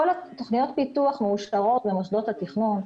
כל תוכניות הפיתוח מאושרות למוסדות התכנון,